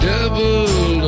Double